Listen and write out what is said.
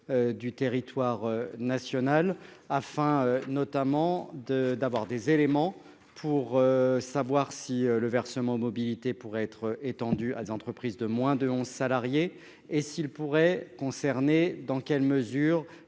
Du territoire national, afin notamment de d'avoir des éléments pour savoir si le versement mobilité pourrait être étendu à des entreprises de moins de 11 salariés et s'il pourrait concerner dans quelle mesure,